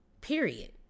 period